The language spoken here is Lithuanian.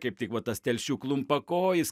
kepti kvotas telšių klumpakojis